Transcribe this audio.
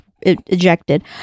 ejected